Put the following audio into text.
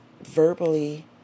verbally